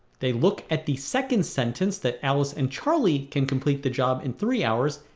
they look at the second sentence, that alice and charlie can complete the job in three hours,